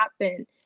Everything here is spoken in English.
happen